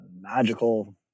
magical